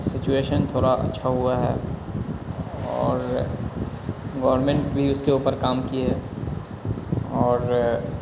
situation تھوڑا اچھا ہوا ہے اور گورمنٹ بھی اس کے اوپر کام کی ہے اور